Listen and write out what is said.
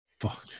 Fuck